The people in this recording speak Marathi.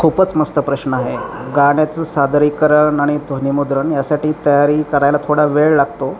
खूपच मस्त प्रश्न हा गाण्याचं सादरीकरण आणि ध्वनीमुद्रण यासाठी तयारी करायला थोडा वेळ लागतो